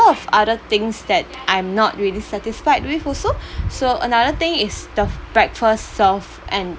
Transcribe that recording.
of other things that I'm not really satisfied with also so another thing is the breakfast served and